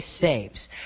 saves